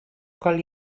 col